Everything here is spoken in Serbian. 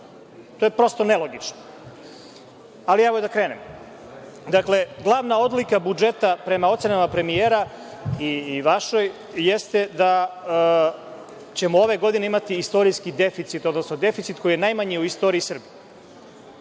To je prosto nelogično. Dakle, glavna odlika budžeta prema ocenama premijera i vašoj jeste da ćemo ove godine imati istorijski deficit, odnosno deficit koji je najmanji u istoriji Srbije.